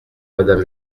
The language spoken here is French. madame